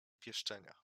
pieszczenia